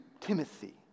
Timothy